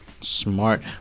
Smart